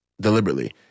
deliberately